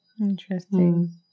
Interesting